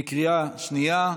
בקריאה שנייה,